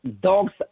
dogs